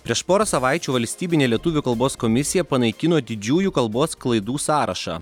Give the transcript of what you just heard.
prieš porą savaičių valstybinė lietuvių kalbos komisija panaikino didžiųjų kalbos klaidų sąrašą